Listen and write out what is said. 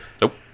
Nope